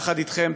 יחד אתכם,